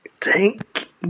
thank